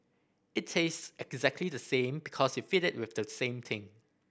it tastes exactly the same because you feed it with the same thing